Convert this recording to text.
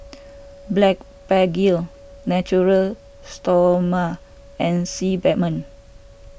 Blephagel Natura Stoma and Sebamed